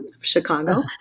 Chicago